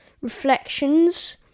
reflections